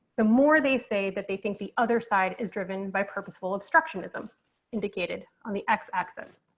the more they say that they think the other side is driven by purposeful obstructionism indicated on the x axis.